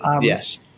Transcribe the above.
yes